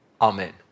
Amen